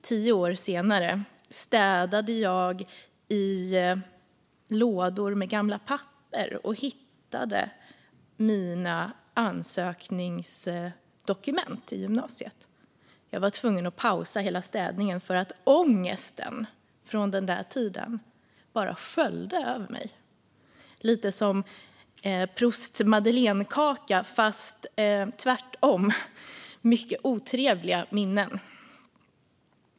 Tio år senare städade jag i lådor med gamla papper och hittade mina ansökningsdokument till gymnasiet. Jag var tvungen att pausa hela städningen därför att ångesten från den tiden bara sköljde över mig. Det var lite som Prousts madeleinekaka fast tvärtom - mycket otrevliga minnen.